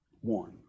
One